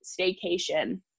staycation